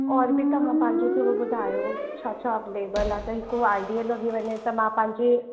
औरि बि तव्हां पंहिंजो थोरो ॿुधायो छा छा अवेलेबल आहे त हिकु आइडियो लॻी वञे त मां पंहिंजे